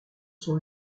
sont